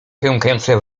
pękające